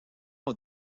ont